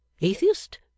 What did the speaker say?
atheist